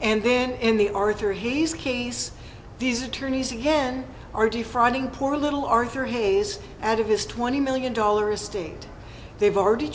and then in the orator he's case these attorneys again are defrauding poor little arthur hayes out of his twenty million dollar estate they've already